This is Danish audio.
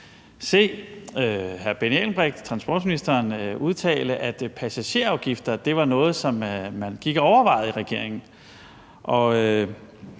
der kunne jeg i juli se transportministeren udtale, at passagerafgifter var noget, som man gik og overvejede i regeringen.